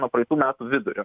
nuo praeitų metų vidurio